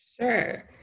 Sure